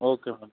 okay madam